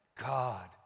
God